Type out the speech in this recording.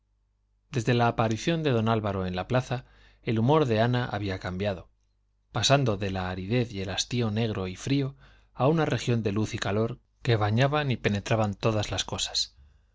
desde la aparición de don álvaro en la plaza el humor de ana había cambiado pasando de la aridez y el hastío negro y frío a una región de luz y calor que bañaban y penetraban todas las cosas